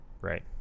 right